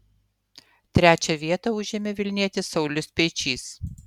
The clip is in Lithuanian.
trečią vietą užėmė vilnietis saulius speičys